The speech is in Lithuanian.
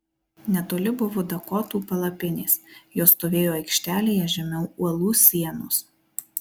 netoli buvo dakotų palapinės jos stovėjo aikštelėje žemiau uolų sienos